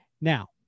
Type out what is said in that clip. now